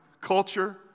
Culture